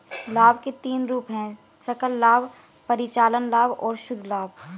लाभ के तीन रूप हैं सकल लाभ, परिचालन लाभ और शुद्ध लाभ